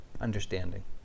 understanding